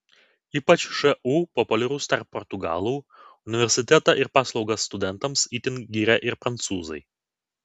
ypač šu populiarus tarp portugalų universitetą ir paslaugas studentams itin giria ir prancūzai